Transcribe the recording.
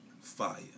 fire